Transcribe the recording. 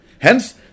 Hence